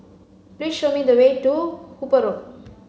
please show me the way to Hooper Road